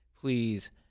Please